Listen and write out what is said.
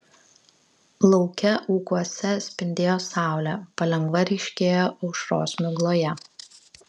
lauke ūkuose spindėjo saulė palengva ryškėjo aušros migloje